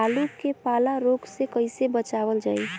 आलू के पाला रोग से कईसे बचावल जाई?